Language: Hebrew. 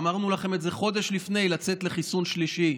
אמרנו לכם את זה חודש לפני כן, לצאת לחיסון שלישי,